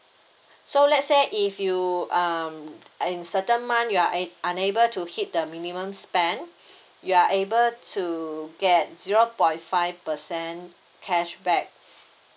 so let's say if you um in certain month you are ab~ unable to hit the minimum spend you are able to get zero point five percent cashback